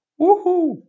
woohoo